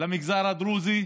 למגזר הדרוזי,